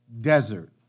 desert